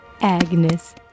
Agnes